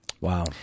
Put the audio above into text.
Wow